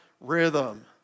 rhythm